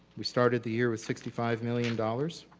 we started the year with sixty five million dollars